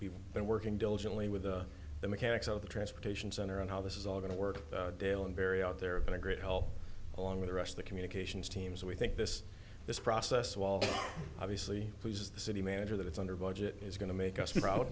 we've been working diligently with the mechanics of the transportation center and how this is all going to work dale and barry out there have been a great help along with the rest of the communications team so we think this this process while obviously who's the city manager that it's under budget is going to make us prou